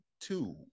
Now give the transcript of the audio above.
two